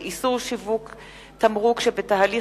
תודה.